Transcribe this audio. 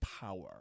power